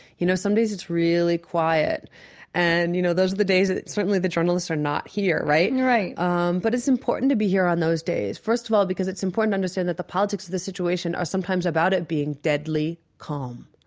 you know, some days it's really quiet and, you know, those are the days that certainly the journalists are not here, right? and right um but it's important to be here on those days. first of all, because it's important to understand that the politics of the situation are sometimes about it being deadly calm,